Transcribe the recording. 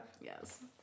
Yes